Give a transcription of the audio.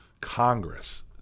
Congress